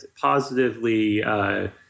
positively